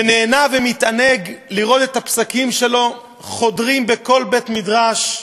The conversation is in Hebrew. ונהנה ומתענג לראות את הפסקים שלו חודרים בכל בית-מדרש.